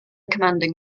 commanding